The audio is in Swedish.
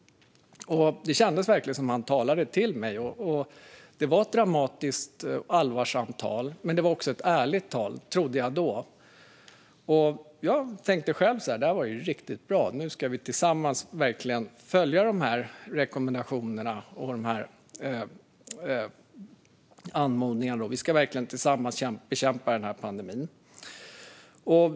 Det kändes verkligen som att han talade till mig. Det var ett dramatiskt, allvarsamt tal, men det var också ett ärligt tal - trodde jag då. Jag tänkte att det här var ju riktigt bra. Nu ska vi tillsammans verkligen följa de här rekommendationerna och anmodandena. Vi ska verkligen tillsammans bekämpa pandemin.